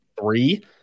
three